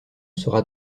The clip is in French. sera